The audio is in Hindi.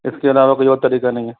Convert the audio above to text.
इसके अलावा कोई और तरीका नहीं है